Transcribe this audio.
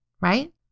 right